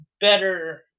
better